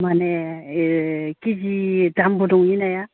माने केजि दामबो दङ बे नाया